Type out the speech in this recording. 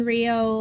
Rio